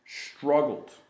struggled